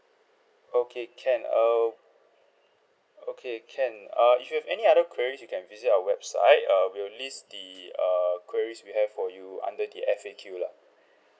okay can err okay can uh if you have any other queries you can visit our website uh we will list the err queries we have for you under the F_A_Q lah